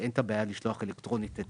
ואין בעיה לשלוח דוח אלקטרוני אתה